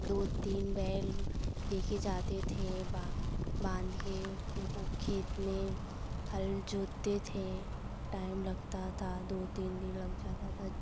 जैसे दो तीन बैल लेके जाते थे बा बांध के उनको खेतो में हल जोतते थे टाइम लगता था दो तीन दिन लग जाता था